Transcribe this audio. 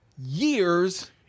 years